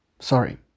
Sorry